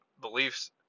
beliefs